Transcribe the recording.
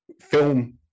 film